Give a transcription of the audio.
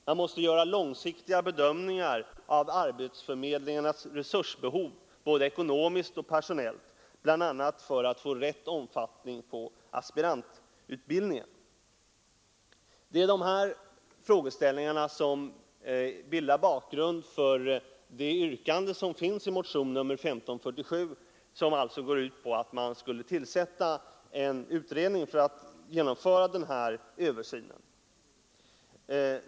Man måste göra långsiktiga bedömningar av arbetsförmedlingarnas resursbehov, både ekonomiskt och personellt, bl.a. för att få rätt omfattning på aspirantutbildningen. Det är dessa frågeställningar som bildar bakgrund för det yrkande som finns i motionen 1547 och som alltså går ut på att man skulle tillsätta en utredning för att genomföra en översyn.